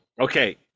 okay